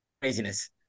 craziness